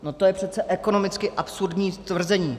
No to je přece ekonomicky absurdní tvrzení.